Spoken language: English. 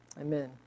Amen